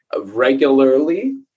Regularly